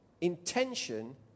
intention